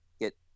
get